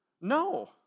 No